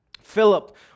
Philip